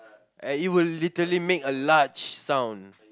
and it would literally make a large sound